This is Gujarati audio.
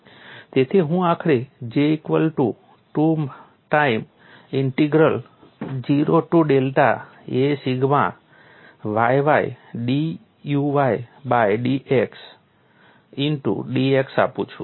તેથી હું આખરે J equal to 2 time integral 0 to delta a sigma yy d uy by dx into dx આપું છું